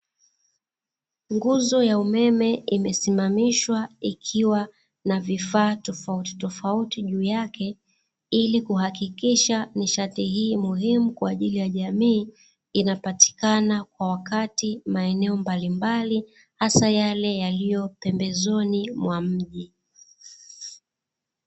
Nguzo ya umeme imesimamishwa ikiwa na vifaa tofauti tofauti juu yake ili kuhakikisha nishati hii muhimu kwa ajili ya jamii inapatikana kwa wakati maeneo mbalimbali hasa yale yaliyo pembezoni mwa mji.